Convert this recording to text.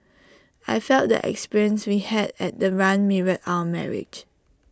I felt the experience we had at the run mirrored our marriage